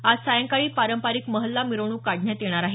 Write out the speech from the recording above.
आज सायंकाळी पारंपारिक महल्ला मिरवणूक काढण्यात येणार आहे